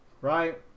Right